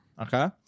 Okay